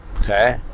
okay